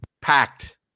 Packed